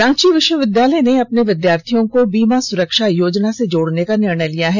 रांची विश्वविद्यालय ने अपने विद्यार्थियों को बीमा सुरक्षा योजना से जोड़ने का निर्णय लिया है